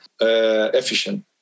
efficient